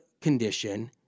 condition